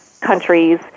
countries